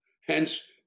Hence